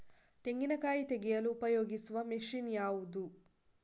ತೆಂಗಿನಕಾಯಿ ತೆಗೆಯಲು ಉಪಯೋಗಿಸುವ ಮಷೀನ್ ಯಾವುದು?